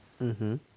mmhmm